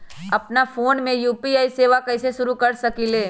अपना फ़ोन मे यू.पी.आई सेवा कईसे शुरू कर सकीले?